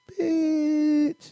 Bitch